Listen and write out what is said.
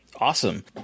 Awesome